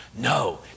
No